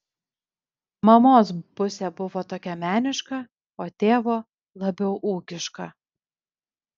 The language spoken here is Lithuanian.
mamos pusė buvo tokia meniška o tėvo labiau ūkiška